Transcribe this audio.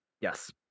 yes